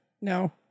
No